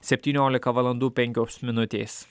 septyniolika valandų penkios minutės